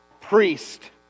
priest